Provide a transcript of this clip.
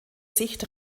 sicht